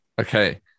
Okay